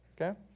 okay